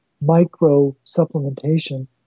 micro-supplementation